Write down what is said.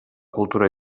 cultura